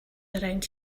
around